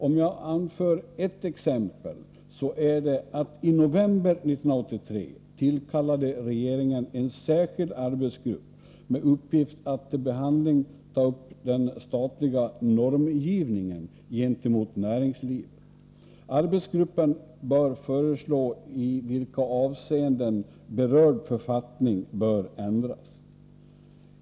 Låt mig anföra ett exempel: I november 1983 tillkallade regeringen en särskild arbetsgrupp med uppgift att till behandling ta upp den statliga normgivningen gentemot näringslivet. Arbetsgruppen bör föreslå i vilka avseenden berörda författningar bör ändras.